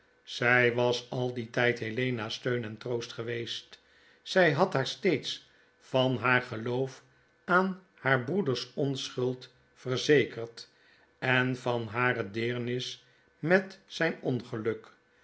zjj was al dien tyd helena's stenn en troost geweest zij had haar steeds van haar geloof aan t haars broedersonschuld verzekerd en van haredeernis met zijn ongeluk